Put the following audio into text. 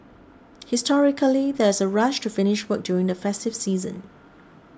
historically there's a rush to finish work during the festive season